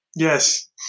Yes